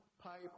pipe